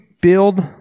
build